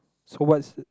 so what's